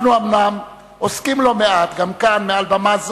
אנחנו אומנם עוסקים לא מעט, גם כאן, מעל במה זו,